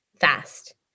fast